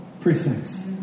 precincts